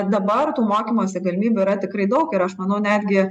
dabar tų mokymosi galimybių yra tikrai daug ir aš manau netgi